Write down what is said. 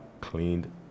cleaned